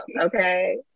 Okay